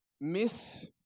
miss